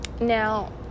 now